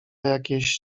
jakieś